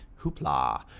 Hoopla